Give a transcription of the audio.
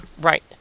right